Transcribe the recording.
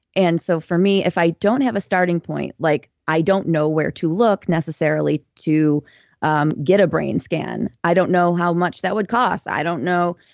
and so for me, if i don't have a starting point, like i don't know where to look necessarily to um get a brain scan. i don't know how much that would cost. i don't know.